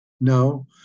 No